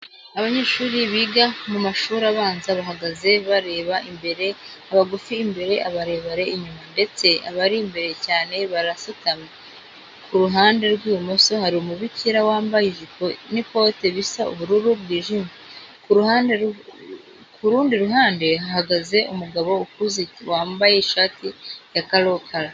Abanyeshuri biga mu mashuri abanza bahagaze bareba imbere, abagufi imbere, abarebare inyuma ndetse abari imbere cyane barasutamye. Ku ruhande rw'ibumoso hari umubikira wambaye ijipo n'ikote bisa ubururu bwijimye, ku rundi ruhande hahagaze umugabo ukuze wambaye ishati ya karokaro.